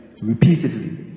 repeatedly